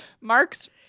Marx